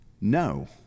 No